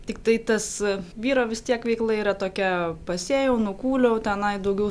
tiktai tas vyro vis tiek veikla yra tokia pasėjau nukūliau tenai daugiau